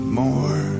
more